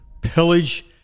pillage